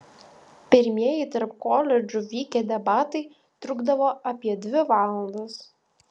pirmieji tarp koledžų vykę debatai trukdavo apie dvi valandas